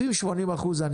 80-70 אחוזים,